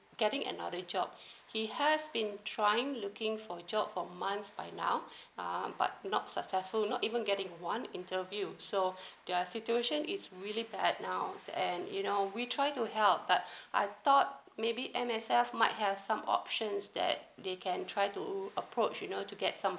getting another job he has been trying looking for job for months by now um but not successful not even getting one interview so their situation is really bad now and you know we try to help but I thought maybe M_S_F might have some options that they can try to approach you know to get some